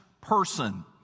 person